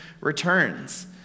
returns